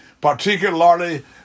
particularly